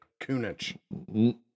Kunich